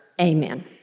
Amen